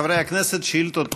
חברי הכנסת, שאילתות דחופות.